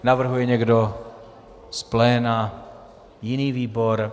Navrhuje někdo z pléna jiný výbor?